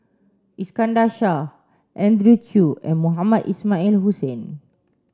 Iskandar Shah Andrew Chew and Mohamed Ismail Hussain